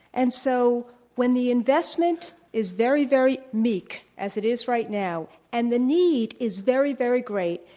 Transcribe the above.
and so when the investment is very, very bleak, as it is right now, and the need is very, very great,